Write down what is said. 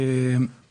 אני